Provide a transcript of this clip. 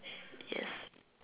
yes